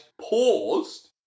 paused